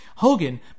Hogan